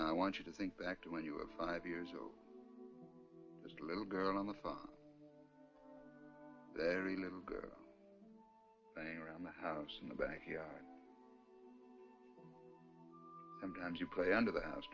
i want you to think back to when you were five years old this little girl on the phone every little thing around the house in the back here and you play under the house